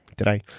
did i.